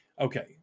Okay